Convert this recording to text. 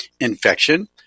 infection